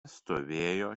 stovėjo